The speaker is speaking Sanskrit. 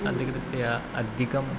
अधिकृत्य अधिकम्